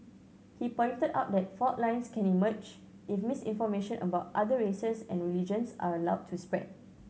he pointed out that fault lines can emerge if misinformation about other races and religions are allowed to spread